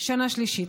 שנה שלישית.